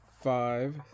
five